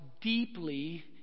deeply